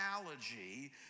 analogy